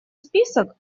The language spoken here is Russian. список